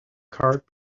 cart